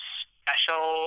special